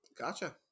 Gotcha